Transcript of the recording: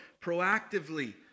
proactively